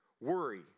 worry